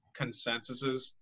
consensuses